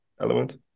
element